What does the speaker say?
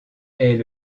est